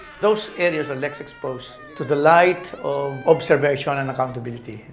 those areas are less exposed to the light of observation and accountability.